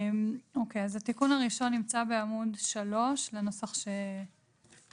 התיקון הראשון נמצא בעמוד 3 בנוסח שעלה